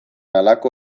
halako